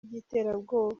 by’iterabwoba